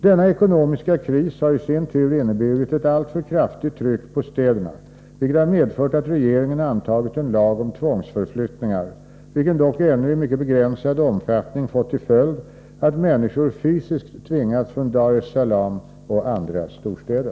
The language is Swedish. Denna ekonomiska kris har i sin tur inneburit ett alltför kraftigt tryck på städerna, vilket har medfört att regeringen antagit en lag om tvångsförflyttningar, vilken dock ännu i mycket begränsad omfattning fått till följd att människor fysiskt tvingats från Dar es Salaam och andra storstäder.